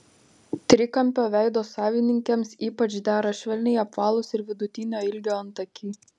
trikampio veido savininkėms ypač dera švelniai apvalūs ir vidutinio ilgio antakiai